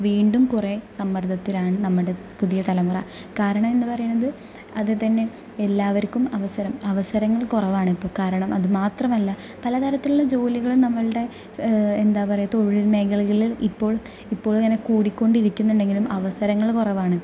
വീണ്ടും കുറേ സമ്മർദ്ദത്തിലാണ് നമ്മുടെ പുതിയ തലമുറ കാരണം എന്ന് പറയണത് അത് തന്നെ എല്ലാവർക്കും അവസരം അവസരങ്ങൾ കുറവാണ് ഇപ്പം കാരണം അതുമാത്രമല്ല പല തരത്തിലുള്ള ജോലികളും നമ്മുടെ എന്താണ് പറയുക തൊഴിൽ മേഖലകളിൽ ഇപ്പോൾ ഇപ്പോഴിങ്ങനെ കൂടിക്കൊണ്ട് ഇരിക്കുന്നുണ്ടെങ്കിലും അവസരങ്ങൾ കുറവാണ്